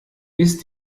bis